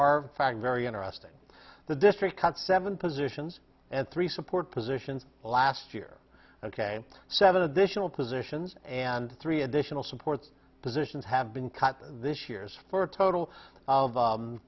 fact very interesting the district cut seven positions and three support positions last year ok seven additional positions and three additional support positions have been cut this years for a total of